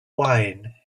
wine